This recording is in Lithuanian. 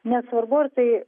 nesvarbu ar tai